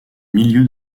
milieu